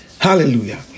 Hallelujah